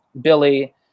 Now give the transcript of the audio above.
Billy